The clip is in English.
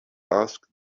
asked